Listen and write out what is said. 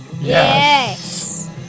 Yes